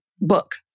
book